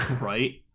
Right